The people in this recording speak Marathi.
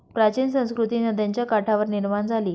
प्राचीन संस्कृती नद्यांच्या काठावर निर्माण झाली